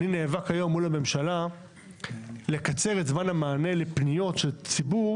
אני נאבק היום מול הממשלה לקצר את זמן המענה לפניות ציבור.